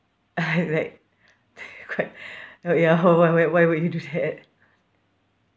I like crap wait you're hold on wait why would you do that